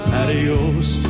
adios